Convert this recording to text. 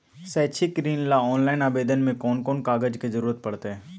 शैक्षिक ऋण ला ऑनलाइन आवेदन में कौन कौन कागज के ज़रूरत पड़तई?